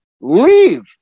leave